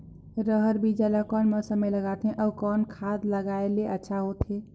रहर बीजा ला कौन मौसम मे लगाथे अउ कौन खाद लगायेले अच्छा होथे?